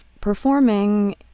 performing